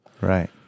Right